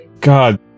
god